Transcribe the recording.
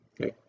okay